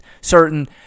certain